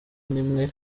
n’imwe